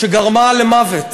גרמה למוות.